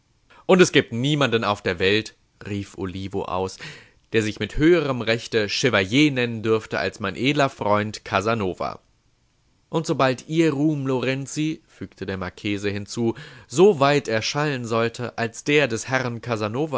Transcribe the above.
und es gibt niemanden auf der welt rief olivo aus der sich mit höherem rechte chevalier nennen dürfte als mein edler freund casanova und sobald ihr ruhm lorenzi fügte der marchese hinzu so weit erschallen sollte als der des herrn casanova